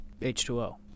H2O